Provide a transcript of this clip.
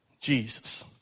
Jesus